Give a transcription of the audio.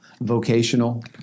vocational